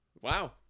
Wow